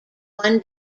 one